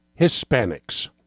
Hispanics